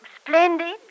Splendid